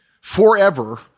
forever